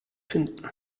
finden